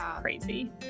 crazy